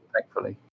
thankfully